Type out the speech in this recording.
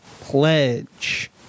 pledge